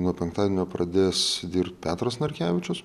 nuo penktadienio pradės dirbt petras narkevičius